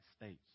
States